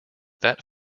that